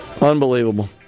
Unbelievable